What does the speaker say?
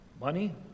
money